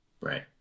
right